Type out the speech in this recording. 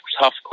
tough